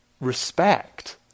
respect